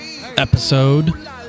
Episode